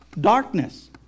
Darkness